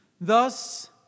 thus